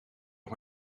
nog